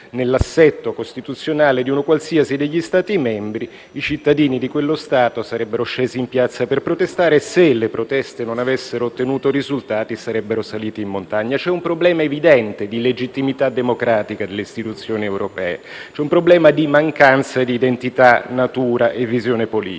nell'assetto costituzionale di uno qualsiasi degli Stati membri, i cittadini di quello Stato sarebbero scesi in piazza per protestare e, se le proteste non avessero ottenuto risultati, sarebbero saliti in montagna. C'è un problema evidente di legittimità democratica delle istituzioni europee. È un problema di mancanza di identità, natura e visione politica